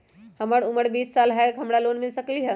हमर उमर बीस साल हाय का हमरा लोन मिल सकली ह?